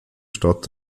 stadt